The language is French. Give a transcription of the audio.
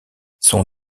son